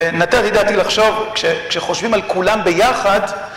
נתן לי דעתי לחשוב, כשחושבים על כולם ביחד...